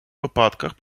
випадках